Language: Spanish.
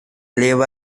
eleva